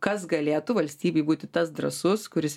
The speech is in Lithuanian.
kas galėtų valstybėj būti tas drąsus kuris